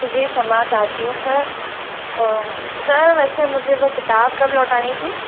जी क्षमा चाहती हूँ सर सर वैसे मुझे वह किताब कब लौटना थी